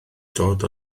dod